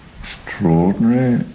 extraordinary